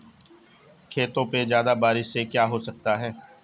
खेतों पे ज्यादा बारिश से क्या हो सकता है?